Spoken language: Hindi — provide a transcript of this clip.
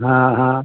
हाँ हाँ